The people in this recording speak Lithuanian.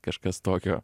kažkas tokio